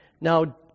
Now